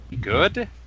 good